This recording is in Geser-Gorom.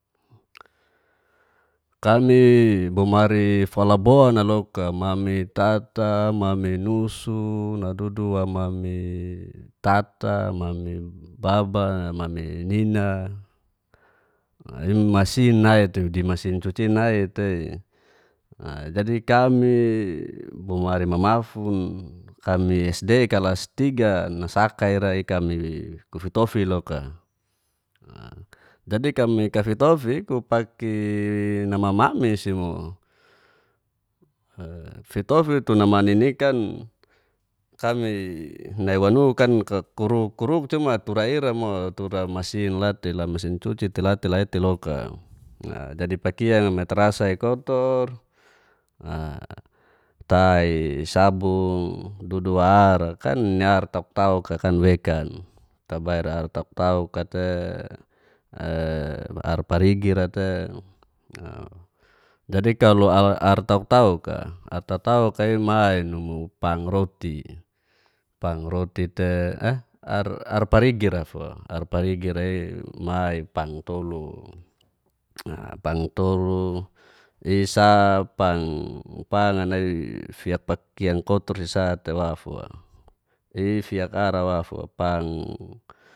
Kami bomari falaboan a loka mami tata, mami nusu, nadudu wa mami tata, mami baba, mami nina, i masin nai tei di masin cuci i nai tei a jadi kami bomari mamafun kami sd kalas tiga nasaka ira i kami kufitofi loka a jadi kami kafitofi kupake namamami si mu, e fitofi tu namaninikan kami nai wanukan kakuruk kuruk cuma tura ira mo tura masin la te la masin cuci tela tela i teloka a jadi pakiang a meterasa ikotor a ta i sabung dudu wa arkan nini ar tauk tauk kakan wekan tabail ar tauk tauk a te e ar parigi ra te a jadi kalo ar ar tauk tauk a ar tauk tauk a i ma inumu pang roti pang roti te eh ar ar parigi rafua ar parigi re i ma i pang tolu a pang tolu i sa pang panga nai fiak pakiang kotor si sa te wa fua i fiak ar ra wa fua pang